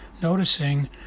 noticing